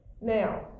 Now